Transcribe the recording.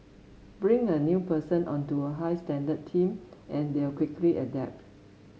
bring a new person onto a high standard team and they'll quickly adapt